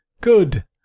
Good